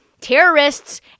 terrorists